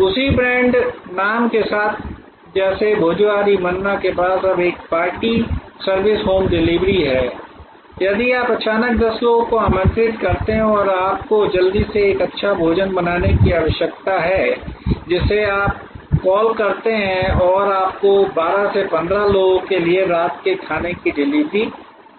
उसी ब्रांड नाम के साथ जैसे भोजहोरी मन्ना के पास अब एक पार्टी सर्विस होम डिलीवरी है यदि आप अचानक 10 लोगों को आमंत्रित करते हैं और आपको जल्दी से एक अच्छा भोजन बनाने की की आवश्यकता है जिसे आप कॉल करते हैं और आपको 12 से 15 लोगों के लिए रात के खाने की डिलीवरी